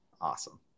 Awesome